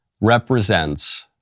represents